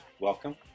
welcome